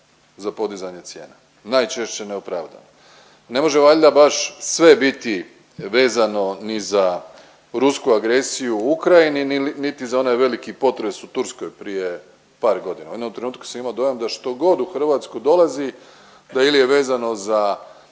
za podizanje cijena, najčešće neopravdano. Ne može valjda baš sve biti vezano ni za rusku agresiju u Ukrajini niti za onaj veliki potres u Turskoj prije par godina. U jednom trenutku sam imao dojam da štogod u Hrvatsku dolazi da ili je vezano za